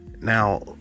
Now